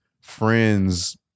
friend's